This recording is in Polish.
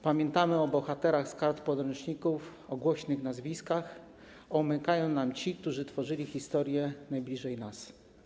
Pamiętamy o bohaterach z kart podręczników, pamiętamy głośne nazwiska, a umykają nam ci, którzy tworzyli historię najbliżej nas.